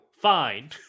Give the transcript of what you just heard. fine